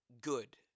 good